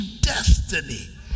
destiny